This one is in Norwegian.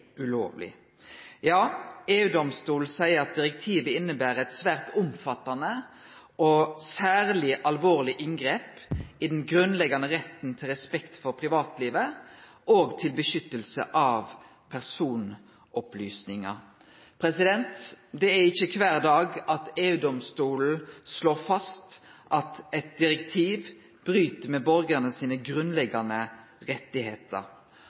ulovleg. EU-domstolen seier at direktivet inneber eit svært omfattande og særleg alvorleg inngrep i den grunnleggjande retten til respekt for privatlivet og til beskyttelse av personopplysningar. Det er ikkje kvar dag at EU-domstolen slår fast at eit direktiv bryt med